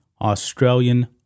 Australian